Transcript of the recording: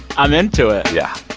i'm into it yeah